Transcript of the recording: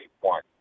one